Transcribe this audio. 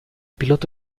piloto